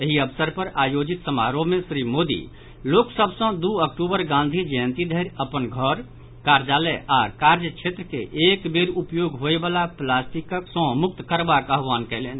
एहि अवसर पर आयोजित समारोह मे श्री मोदी लोक सभ सॅ दू अक्टूबर गांधी जयंती धरि अपन घर कार्यालय आओर कार्य क्षेत्र के एक बेर उपयोग होबयवला प्लास्टिक सॅ मुक्त करबाक आह्वान कयलनि